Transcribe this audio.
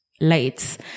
lights